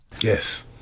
yes